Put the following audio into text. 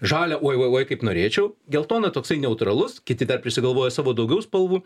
žalia uoj uoj uoj kaip norėčiau geltona toksai neutralus kiti dar prisigalvoja savo daugiau spalvų